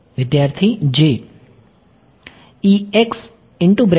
વિદ્યાર્થી j